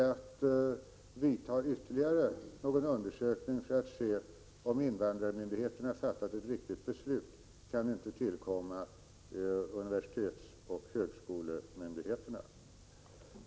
Att vidta ytterligare någon undersökning för att se om invandrarmyndigheterna har fattat ett riktigt beslut kan inte tillkomma universitetsoch högskolemyndigheterna.